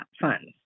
funds